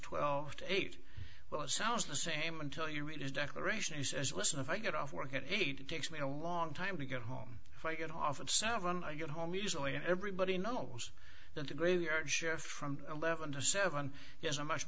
twelve to eight well it sounds the same until you read his declarations as listen if i get off work at eight it takes me a long time to get home if i get off of seven i get home usually and everybody knows that the graveyard shift from eleven to seven yes a much